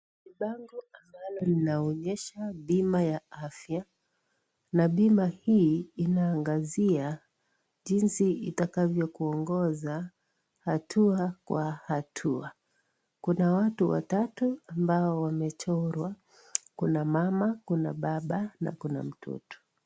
Bango mbali linaonyesha bima la afya, na bima hii alinaangazia jinzi itakavyo kuongoza hatua kwa hatua. Kuna watu watatu ambao wamechorwa, Kuna mama, Kuna baba na Kuna mtoto.